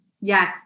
Yes